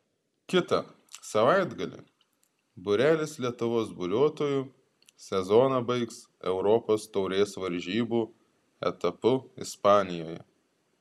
kitą savaitgalį būrelis lietuvos buriuotojų sezoną baigs europos taurės varžybų etapu ispanijoje